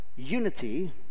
Unity